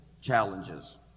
challenges